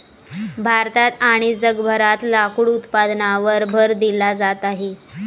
भारतात आणि जगभरात लाकूड उत्पादनावर भर दिला जात आहे